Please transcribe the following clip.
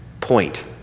point